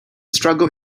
struggle